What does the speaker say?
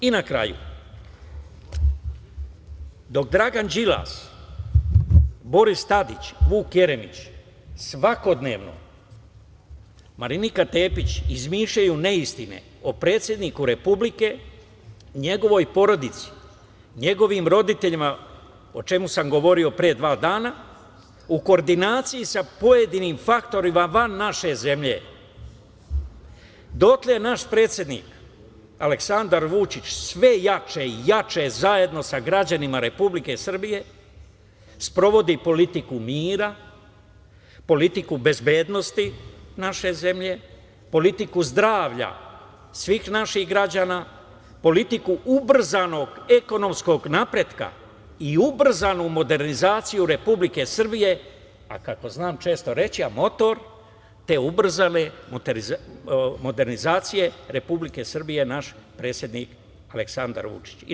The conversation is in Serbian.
Na kraju, dok Dragan Đilas, Boris Tadić, Vuk Jeremić svakodnevno, Marinika Tepić, izmišljaju neistine o predsedniku Republike, njegovoj porodici, njegovim roditeljima, o čemu sam govorio pre dva dana, u koordinaciji sa pojedinim faktorima van naše zemlje, dotle naš predsednik Aleksandar Vučić sve jače i jače, zajedno sa građanima Republike Srbije, sprovodi politiku mira, politiku bezbednosti naše zemlje, politiku zdravlja svih naših građana, politiku ubrzanog ekonomskog napretka i ubrzanu modernizaciju Republike Srbije, a kako znam često reći, a motor te ubrzane modernizacije Republike Srbije je naš predsednik Aleksandar Vučić.